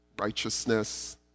Righteousness